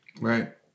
Right